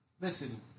Listen